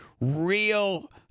real